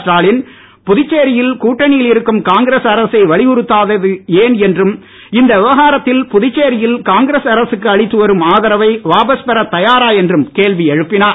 ஸ்டாலின் புதுச்சேரியில் கூட்டணியில் இருக்கும் காங்கிரசு அரசை வலியுறுத்தாதது ஏன் என்றும் இந்த விவகாரத்தில் புதுச்சேரியில் காங்கிரஸ் அரசுக்கு அளித்து வரும் ஆதரவை வாபஸ் பெற தயாரா என்றும் கேள்வி எழுப்பினார்